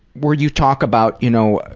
where you talk about, you know,